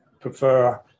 prefer